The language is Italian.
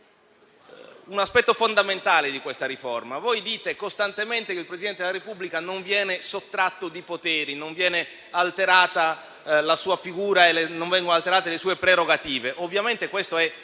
un aspetto fondamentale di questa riforma. Voi dite costantemente che il Presidente della Repubblica non viene sottratto di poteri, che non viene alterata la sua figura e non vengono alterate le sue prerogative. Ovviamente, questo è